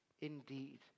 indeed